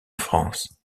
france